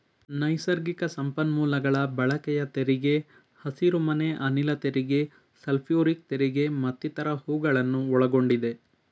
ನೈಸರ್ಗಿಕ ಸಂಪನ್ಮೂಲಗಳ ಬಳಕೆಯ ತೆರಿಗೆ, ಹಸಿರುಮನೆ ಅನಿಲ ತೆರಿಗೆ, ಸಲ್ಫ್ಯೂರಿಕ್ ತೆರಿಗೆ ಮತ್ತಿತರ ಹೂಗಳನ್ನು ಒಳಗೊಂಡಿದೆ